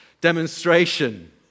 demonstration